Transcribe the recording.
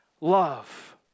love